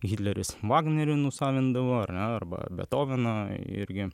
hitleris vagnerį nusavindavo ar ne arba bethoveną irgi